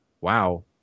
wow